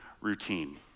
routine